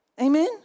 amen